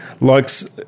likes